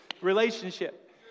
Relationship